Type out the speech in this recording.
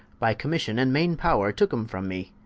by commission, and maine power tooke em from me,